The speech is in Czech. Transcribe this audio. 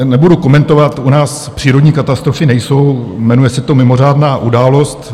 Nebudu komentovat, u nás přírodní katastrofy nejsou, jmenuje se to mimořádná událost.